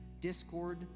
discord